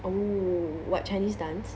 oh what chinese dance